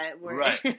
Right